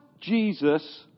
Jesus